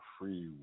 free